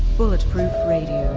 bulletproof radio,